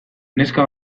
neska